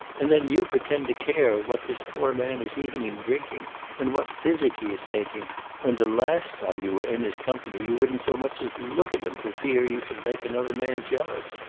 and then you pretend to care what this poor man is eating and drinking and what physic he is taking when, the last time you were in his company, you wouldn't so much as look at him for fear you should make another man jealous.